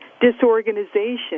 disorganization